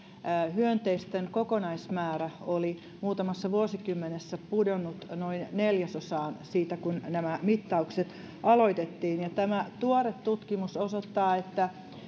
hyönteisten kokonaismäärä oli muutamassa vuosikymmenessä pudonnut noin neljäsosaan siitä kun nämä mittaukset aloitettiin ja tämä tuore tutkimus osoittaa että